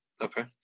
okay